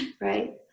Right